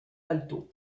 alto